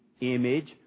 image